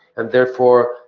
and therefore,